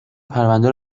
پرونده